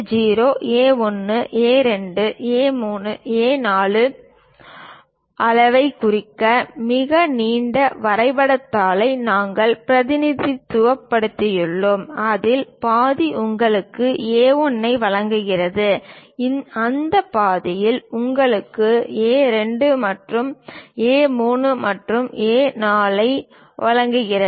A0 A1 A2 A3 A4 அளவைக் குறிக்க மிக நீண்ட வரைபடத் தாளை நாங்கள் பிரதிநிதித்துவப்படுத்தியுள்ளோம் அதில் பாதி உங்களுக்கு A1 ஐ வழங்குகிறது அந்த பாதியில் உங்களுக்கு A2 மேலும் A3 மற்றும் A4 ஐ வழங்குகிறது